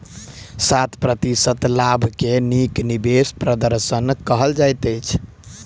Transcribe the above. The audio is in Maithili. सात प्रतिशत लाभ के नीक निवेश प्रदर्शन कहल जाइत अछि